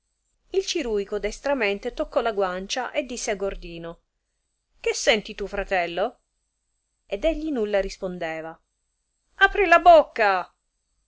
il ciruico destramente toccò la guancia e disse a gordino che senti tu fratello ed egli nulla rispondeva apri la bocca